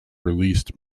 released